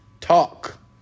Talk